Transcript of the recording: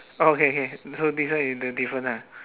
oh okay K this one this one is the different ah